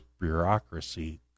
bureaucracy